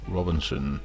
Robinson